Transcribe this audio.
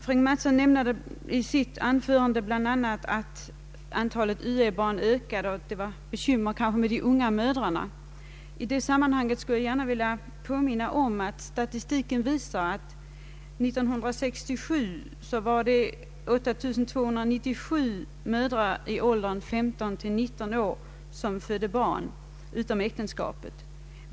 Fröken Mattson nämnde bl.a. att antalet uä-barn ökat och att det är bekymmer med de unga mödrarna. I sammanhanget skulle jag gärna vilja påminna om att statistiken visar att 1967 var det 8297 mödrar i åldern 15—19 år som födde barn utom äktenskap.